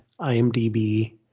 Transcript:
IMDb